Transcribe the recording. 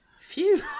Phew